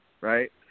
right